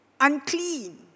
Unclean